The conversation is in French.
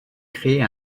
créer